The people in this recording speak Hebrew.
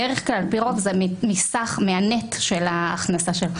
בדרך כלל על פי רוב זה מהנטו של ההכנסה שלו.